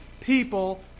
people